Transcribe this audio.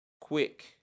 quick